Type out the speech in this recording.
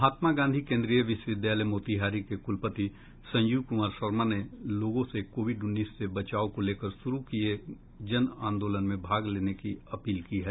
महात्मा गांधी केन्द्रीय विश्वविद्यालय मोतिहारी के कुलपति संजीव कुमार शर्मा ने लोगों से कोविड उन्नीस से बचाव को लेकर शुरू किये जन आंदोलन में भाग लेने की अपील की है